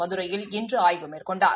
மதுரையில் இன்று ஆய்வு மேற்கொணடார்